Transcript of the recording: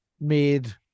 made